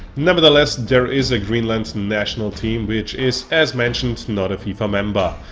nevertheless there is a greenland national team which is as mentioned not a fifa member.